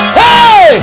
hey